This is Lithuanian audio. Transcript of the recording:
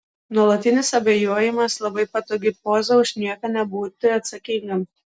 nuolatinis abejojimas labai patogi poza už nieką nebūti atsakingam